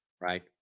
right